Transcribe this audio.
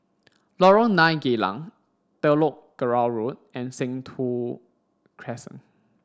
Lorong nine Geylang Telok Kurau Road and Sentul Crescent